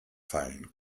fallen